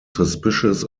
suspicious